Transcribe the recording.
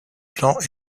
plans